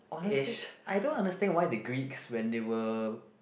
honestly I don't understand why the Greece when they were